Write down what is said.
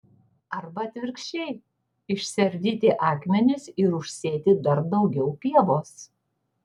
arba atvirkščiai išsiardyti akmenis ir užsėti dar daugiau pievos